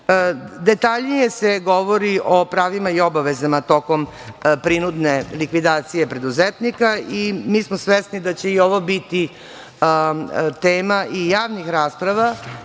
registra. Detaljnije se govori o pravima i obavezama tokom prinudne likvidacije preduzetnika. Mi smo svesni da će i ovo biti tema i javnih rasprava